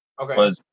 Okay